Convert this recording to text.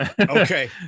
Okay